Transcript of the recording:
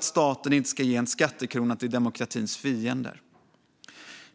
Staten ska heller inte ge en enda skattekrona till demokratins fiender.